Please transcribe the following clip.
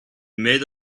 made